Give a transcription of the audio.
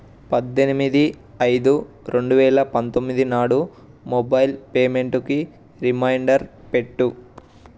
పద్దెనిమిది ఐదు రెండు వేల పంతొమ్మిది నాడు మొబైల్ పేమెంటుకి రిమైండర్ పెట్టు